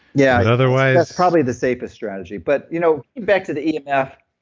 yeah but otherwise probably the safest strategy. but you know back to the emf,